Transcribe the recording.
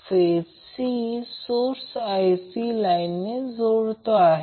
phase C source Ic लाईनने जोडतो आहे